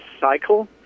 cycle